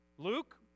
Luke